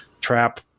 trap